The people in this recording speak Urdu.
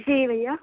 جی بھیا